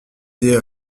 des